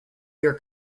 your